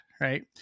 right